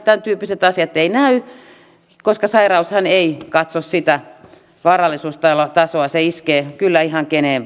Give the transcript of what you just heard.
tämän tyyppiset asiat eivät näy koska sairaushan ei katso sitä varallisuustasoa se iskee kyllä ihan keneen